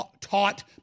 taught